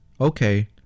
okay